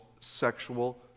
sexual